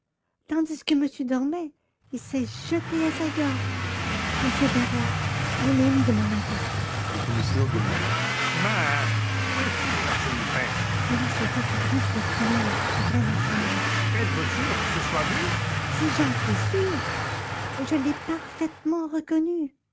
tandis que monsieur dormait il s'est jeté à sa gorge m berlat un ami de mon mari le commissaire demanda mais où est-il arsène lupin il a sauté du train sous le tunnel après la seine êtes-vous sûre que ce soit lui si j'en suis sûre je l'ai parfaitement reconnu